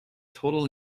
total